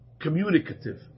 communicative